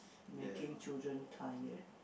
making children tired